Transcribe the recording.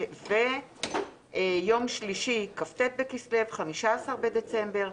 ועל יום שלישי, כ"ט בכסלו, 15 בדצמבר.